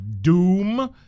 doom